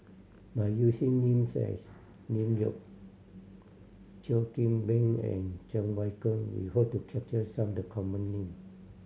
by using names as Lim Geok Cheo Kim Ban and Cheng Wai Keung we hope to capture some the common name